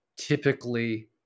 typically